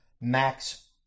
Max